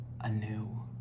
anew